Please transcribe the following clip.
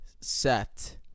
set